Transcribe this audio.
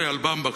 הרי על "במבה",